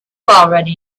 already